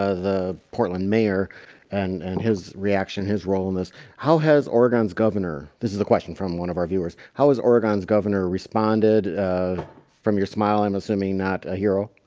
ah the portland mayor and and his reaction his role in this how has oregon's governor this is a question from one of our viewers how has oregon's governor responded? ah from your smile i'm assuming not a hero